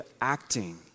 acting